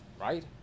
Right